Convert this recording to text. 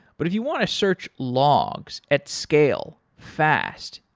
but if you want to search logs at scale, fast,